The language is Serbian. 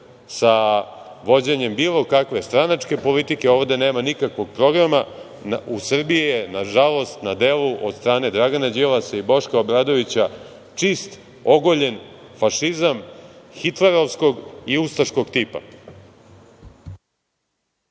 sa vođenjem bilo kakve stranačke politike. Ovde nema nikakvog programa. U Srbiji je, nažalost, na delu, od strane Dragana Đilasa i Boška Obradovića, čist ogoljen fašizam Hitlerovskog i ustaškog tipa.